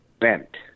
bent